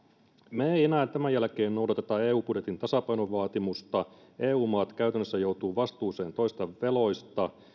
me emme enää tämän jälkeen noudata eu budjetin tasapainovaatimusta eu maat käytännössä joutuvat vastuuseen toisten veloista